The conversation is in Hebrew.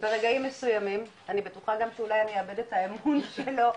ברגעים מסוימים אני בטוחה שאני אולי גם אאבד את האמון שלו,